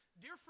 Dear